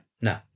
No